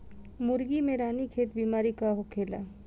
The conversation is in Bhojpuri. मुर्गी में रानीखेत बिमारी का होखेला?